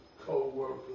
co-workers